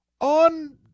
on